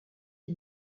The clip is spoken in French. est